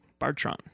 Bartron